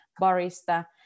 barista